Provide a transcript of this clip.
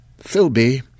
Philby